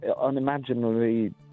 unimaginably